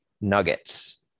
nuggets